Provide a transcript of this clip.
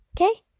okay